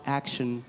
action